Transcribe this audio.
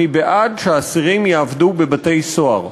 אני בעד שאסירים יעבדו בבתי-סוהר.